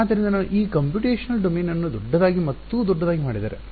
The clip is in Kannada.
ಆದ್ದರಿಂದ ನಾನು ಈಗ ಕಂಪ್ಯೂಟೇಶನಲ್ ಡೊಮೇನ್ ಅನ್ನು ದೊಡ್ಡದಾಗಿ ಮತ್ತೂ ದೊಡ್ಡದಾಗಿ ಮಾಡಿದರೆ